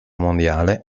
mondiale